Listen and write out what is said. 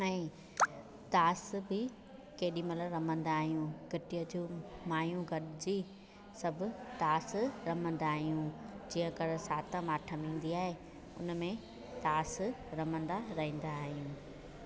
ऐं तास बि केॾी महिल रमंदा आहियूं कि अचो माइयूं गॾिजी सभु तास रमंदा आहियूं जीअं कर सातम आठम ईंदी आहे उन में तास रमंदा रहंदा आहियूं